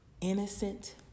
innocent